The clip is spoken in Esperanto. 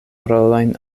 rolojn